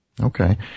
Okay